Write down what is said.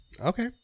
Okay